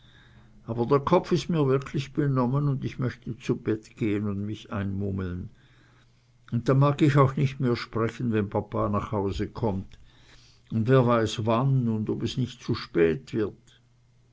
aber der kopf ist mir wirklich benommen und ich möchte zu bett gehen und mich einmummeln und dann mag ich auch nicht mehr sprechen wenn papa nach hause kommt und wer weiß wann und ob es nicht zu spät wird